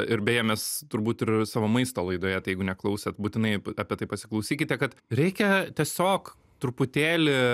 ir beje mes turbūt ir savo maisto laidoje tai jeigu neklausėt butinai apie tai pasiklausykite kad reikia tiesiog truputėlį